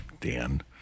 Dan